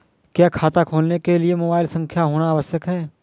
क्या खाता खोलने के लिए मोबाइल संख्या होना आवश्यक है?